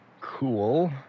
cool